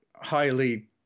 highly